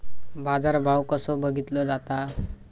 बाजार भाव कसो बघीतलो जाता?